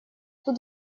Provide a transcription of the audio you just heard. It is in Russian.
тут